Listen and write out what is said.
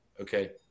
Okay